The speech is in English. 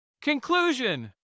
Conclusion